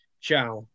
ciao